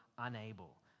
Unable